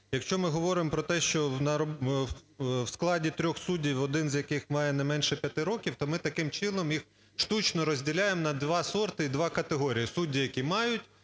якщо ми говоримо про те, що у складі трьох суддів, один з яких має не менше 5 років, то ми таким чином їх штучно розділяємо на два сорти і дві категорії: судді, які мають